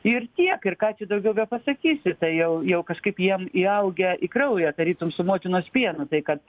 ir tiek ir ką čia daugiau bepasakysi tai jau jau kažkaip jiem įaugę į kraują tarytum su motinos pienu tai kad